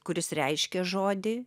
kuris reiškia žodį